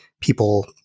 people